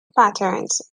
patterns